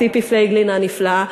ציפי פייגלין הנפלאה.